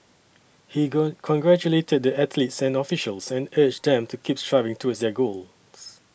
he going congratulated the athletes and officials and urged them to keep striving towards their goals